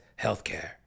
healthcare